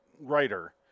writer